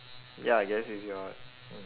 ya I guess if you are mm